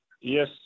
Yes